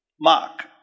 Mark